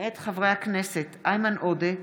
מאת חברי הכנסת איימן עודה,